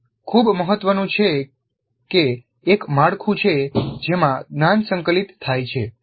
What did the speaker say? તે ખૂબ મહત્વનું છે કે એક માળખું છે જેમાં જ્ઞાન સંકલિત થાય છે